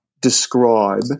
describe